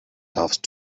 darfst